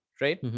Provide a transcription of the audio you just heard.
right